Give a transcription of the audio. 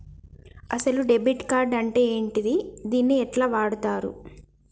అసలు debit card అంటే ఏంటిది? దీన్ని ఎట్ల వాడుతరు?